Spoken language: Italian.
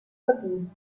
capisco